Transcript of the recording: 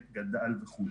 גדל וכו'.